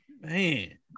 man